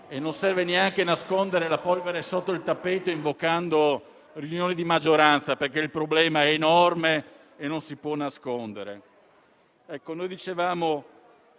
Non serve neanche nascondere la polvere sotto il tappeto, invocando riunioni di maggioranza, perché il problema è enorme e non si può nascondere. Noi ritenevamo